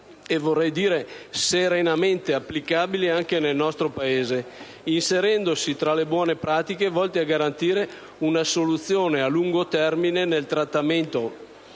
e vorrei dire serenamente applicabile anche nel nostro Paese, inserendosi tra le buone pratiche volte a garantire una soluzione a lungo termine nel trattamento